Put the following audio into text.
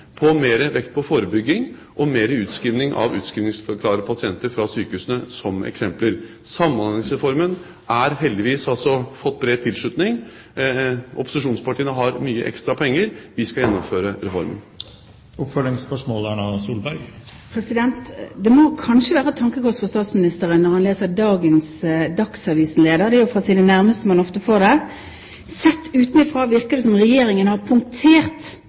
forebygging og mer utskriving av utskrivingsklare pasienter fra sykehusene som eksempler. Samhandlingsreformen har heldigvis fått bred tilslutning. Opposisjonspartiene har mye ekstra penger. Vi skal gjennomføre reformen. Det må kanskje være et tankekors for statsministeren når han leser dagens Dagsavisen-leder – det er jo fra sine nærmeste man ofte får det. Der står det: «Sett utenfra virker det som om regjeringen har